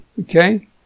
okay